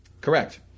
Correct